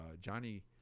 Johnny